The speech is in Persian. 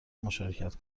مشارکت